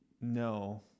No